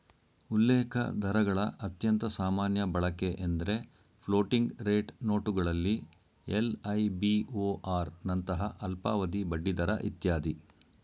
ಉಲ್ಲೇಖದರಗಳ ಅತ್ಯಂತ ಸಾಮಾನ್ಯ ಬಳಕೆಎಂದ್ರೆ ಫ್ಲೋಟಿಂಗ್ ರೇಟ್ ನೋಟುಗಳಲ್ಲಿ ಎಲ್.ಐ.ಬಿ.ಓ.ಆರ್ ನಂತಹ ಅಲ್ಪಾವಧಿ ಬಡ್ಡಿದರ ಇತ್ಯಾದಿ